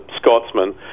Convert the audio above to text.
Scotsman